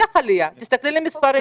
תסתכלי על המספרים.